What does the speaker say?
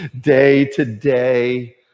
day-to-day